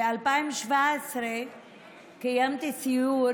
ב-2017 קיימתי סיור